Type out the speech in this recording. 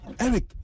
Eric